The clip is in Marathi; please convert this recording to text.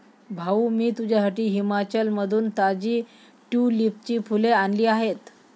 भाऊ, मी तुझ्यासाठी हिमाचलमधून ताजी ट्यूलिपची फुले आणली आहेत